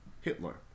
Hitler